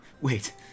Wait